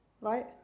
Right